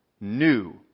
new